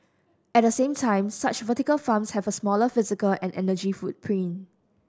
at the same time such vertical farms have a smaller physical and energy footprint